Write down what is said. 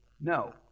no